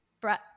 breath